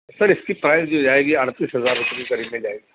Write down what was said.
سر اس کی پرائس جو جائے گی اڑتیس ہزار روپے کے قریب میں جائے گی